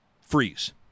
Freeze